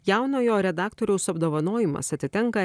jaunojo redaktoriaus apdovanojimas atitenka